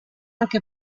anche